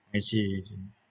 I see